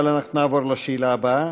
אבל אנחנו נעבור לשאלה הבאה,